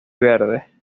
verde